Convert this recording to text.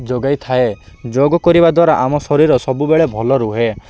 ଯୋଗାଇଥାଏ ଯୋଗ କରିବା ଦ୍ୱାରା ଆମ ଶରୀର ସବୁବେଳେ ଭଲ ରୁହେ